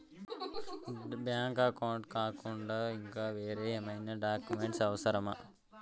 Bank account కాకుండా ఇంకా వేరే ఏమైనా డాక్యుమెంట్స్ అవసరమా?